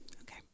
Okay